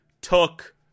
took